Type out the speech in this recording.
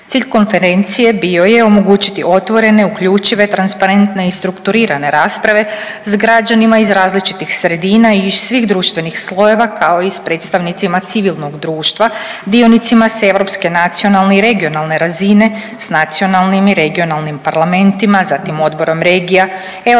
Cilj konferencije bio je omogućiti otvorene, uključive, transparentne i strukturirane rasprave s građanima iz različitih sredina i svih društvenih slojeva, kao i s predstavnicima civilnog društva, dionicima s europske nacionalne i regionalne razine s nacionalnim i regionalnim parlamentima, zatim Odborom regija,